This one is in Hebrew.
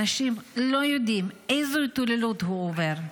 אנשים לא יודעים איזו התעללות הוא עובר,